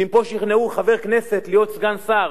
ואם פה שכנעו חבר כנסת להיות סגן שר